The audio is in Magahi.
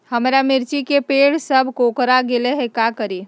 हमारा मिर्ची के पेड़ सब कोकरा गेल का करी?